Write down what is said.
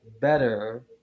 better